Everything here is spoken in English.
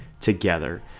together